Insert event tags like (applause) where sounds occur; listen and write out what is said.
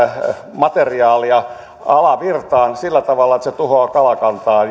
materiaalia alavirtaan sillä tavalla että se tuhoaa kalakantaa (unintelligible)